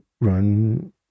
run